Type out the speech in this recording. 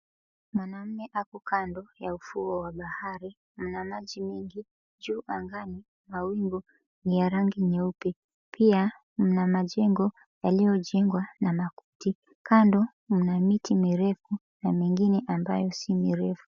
Mwanamume ako kando ya ufuo wa bahari, mna maji mengi. Juu angani mawingu ni ya rangi nyeupe, pia mna majengo yaliyojengwa na makuti. Kando mna miti mirefu na mengine ambayo si mirefu.